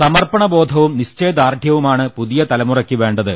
സമർപ്പണ ബോധവും നിശ്ചയദാർഢ്യവുമാണ് പുതിയ തലമുറക്ക് വേണ്ടത്